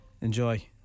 Enjoy